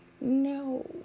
No